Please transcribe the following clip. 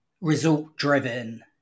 result-driven